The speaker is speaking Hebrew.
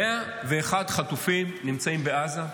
101 חטופים נמצאים בעזה,